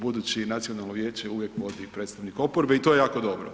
Budući nacionalno vijeće uvijek vodi predstavnik oporbe i to je jako dobro.